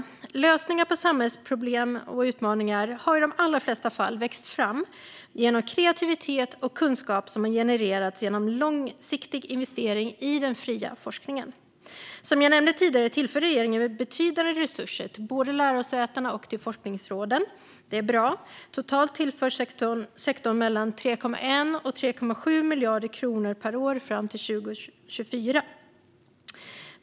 Lösningar på samhällsproblem och utmaningar har i de allra flesta fall växt fram genom kreativitet och kunskap som har genererats genom långsiktig investering i den fria forskningen. Som jag nämnde tidigare tillför regeringen betydande resurser till både lärosätena och forskningsråden. Det är bra. Totalt tillförs sektorn mellan 3,1 och 3,7 miljarder kronor per år fram till 2024.